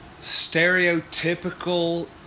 stereotypical